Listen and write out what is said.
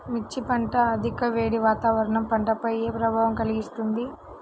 మిర్చి పంట అధిక వేడి వాతావరణం పంటపై ఏ ప్రభావం కలిగిస్తుంది?